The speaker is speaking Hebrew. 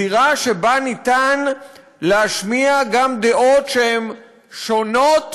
זירה שבה ניתן להשמיע גם דעות שהן שונות